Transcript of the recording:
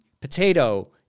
potato